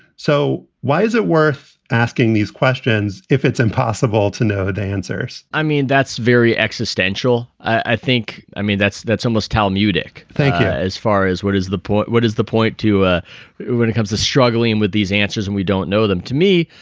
so why is it worth asking these questions if it's impossible to know the answers? i mean, that's very existential, i think. i mean, that's that's almost talmudic. thank you. yeah as far as what is the point, what is the point to ah when it comes to struggling with these answers and we don't know them to me.